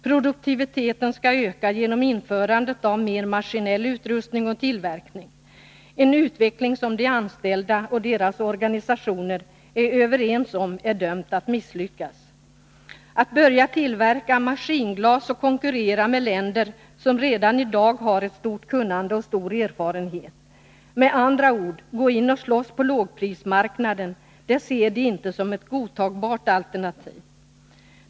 Produktiviteten skall öka genom införandet av mer maskinell utrustning och tillverkning — en utveckling som enligt de anställda och deras organisationer är dömd att misslyckas. Att börja tillverka maskinglas och konkurrera med länder som redan i dag har stort kunnande och stor erfarenhet — med andra ord gå in och slåss på lågprismarknaden — ser de inte som ett godtagbart alternativ.